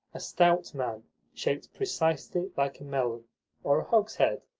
a stout man shaped precisely like a melon or a hogshead.